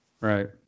Right